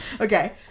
Okay